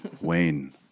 Wayne